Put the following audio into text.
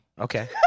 Okay